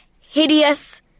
hideous